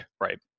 right